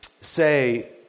say